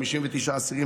59 אסירים,